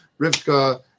Rivka